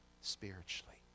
spiritually